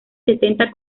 setenta